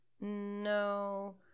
No